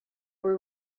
were